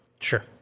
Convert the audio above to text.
Sure